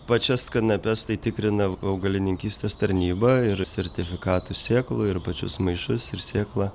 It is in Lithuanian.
pačias kanapes tai tikrina augalininkystės tarnyba ir sertifikatų sėklų ir pačius maišus ir sėklą